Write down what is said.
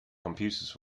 computers